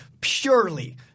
purely